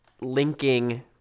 linking